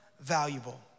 Valuable